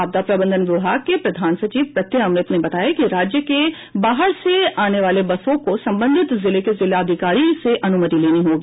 आपदा प्रबंधन विभाग के प्रधान सचिव प्रत्यय अमृत ने बताया कि राज्य के बाहर से आने वाले बसों को संबंधित जिले के जिलाधिकारी से अनुमति लेनी होगी